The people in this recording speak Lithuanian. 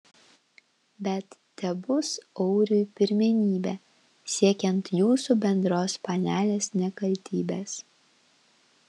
bet tebus auriui pirmenybė siekiant jūsų bendros panelės nekaltybės